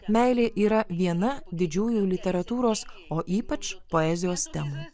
meilė yra viena didžiųjų literatūros o ypač poezijos temų